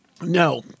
No